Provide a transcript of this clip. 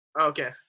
okay